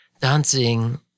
dancing